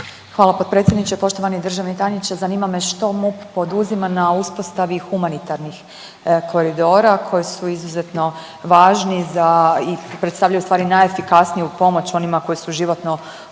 Hvala potpredsjedniče. Poštovani državni tajniče zanima me što MUP poduzima na uspostavi humanitarnih koridora koji su izuzetno važni za i predstavljaju ustvari najefikasniju pomoć onima koji su životno